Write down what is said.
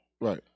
Right